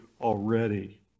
already